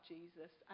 Jesus